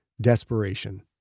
desperation